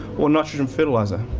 or nitrogen fertiliser.